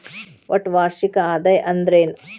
ಒಟ್ಟ ವಾರ್ಷಿಕ ಆದಾಯ ಅಂದ್ರೆನ?